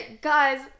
guys